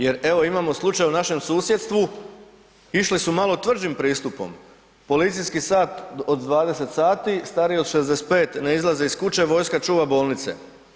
Jer evo imamo slučaj u našem susjedstvu, išli su malo tvrđim pristupom, policijski sat od 20 sati, stariji od 65 ne izlaze iz kuće, vojska čuva bolnice.